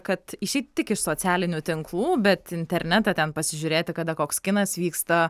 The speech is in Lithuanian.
kad išeit tik iš socialinių tinklų bet internetą ten pasižiūrėti kada koks kinas vyksta